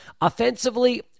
offensively